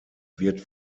wird